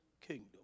kingdom